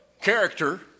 Character